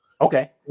Okay